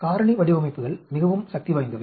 காரணி வடிவமைப்புகள் மிகவும் சக்திவாய்ந்தவை